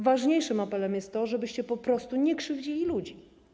Ważniejsze jest to, żebyście po prostu nie krzywdzili ludzi.